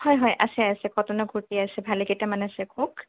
হয় হয় আছে আছে কটনৰ কূৰ্টী আছে ভালেকেইটামান আছে কওক